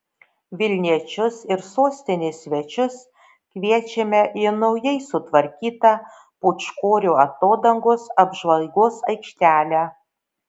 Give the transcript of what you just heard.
vilniečius ir sostinės svečius kviečiame į naujai sutvarkytą pūčkorių atodangos apžvalgos aikštelę